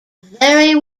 very